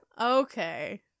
Okay